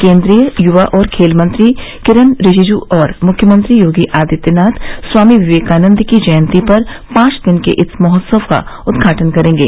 केन्द्रीय युवा और खेल मंत्री किरन रिजजू और मुख्यमंत्री योगी आदित्यनाथ स्वामी विवेकानन्द की जयंती पर पांच दिन के इस महोत्सव का उद्घाटन करेंगे